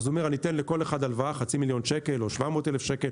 אז הוא אומר אני אתן לכל אחד הלוואה חצי מיליון שקלים או 700,000 שקלים,